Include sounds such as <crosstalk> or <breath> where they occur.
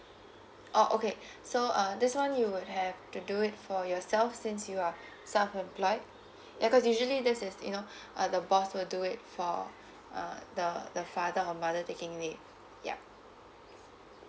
oh okay <breath> so uh this one you would have to do it for yourself since you are <breath> self employed <breath> ya cause usually this is you know <breath> uh the boss will do it for <breath> uh the the father or mother taking leave yup